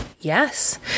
Yes